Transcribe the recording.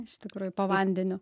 iš tikrųjų po vandeniu